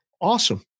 Awesome